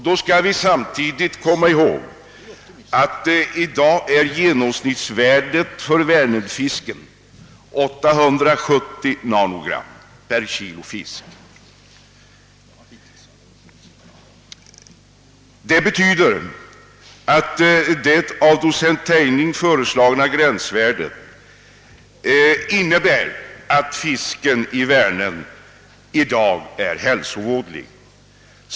Vi skall samtidigt komma ihåg att genomsnittsvärdet för vänernfisken i dag är 870 nanogram per kilo fisk. Det av docent Tejning föreslagna gränsvärdet innebär att fisken i Vänern i dag är hälsovådlig.